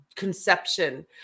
Conception